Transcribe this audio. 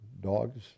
dogs